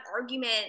argument